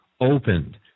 opened